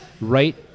right